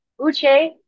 Uche